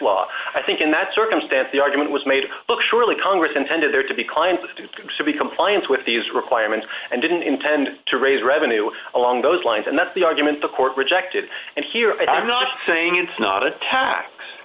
law i think in that circumstance the argument was made to look surely congress intended there to be clients to be compliance with these requirements and didn't intend to raise revenue along those lines and that's the argument the court rejected and here i'm not saying it's not a tax